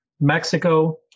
Mexico